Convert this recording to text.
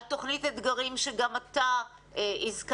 על תוכנית אתגרים שגם אתה הזכרת,